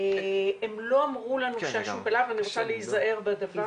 לא אמרו לנו שהשוק עלה, אני מנסה להיזהר בזה.